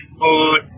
food